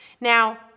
Now